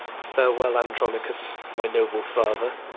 farewell, andronicus, my noble father,